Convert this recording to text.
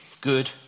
good